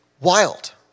Wild